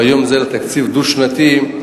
והיום זה לתקציב דו-שנתי,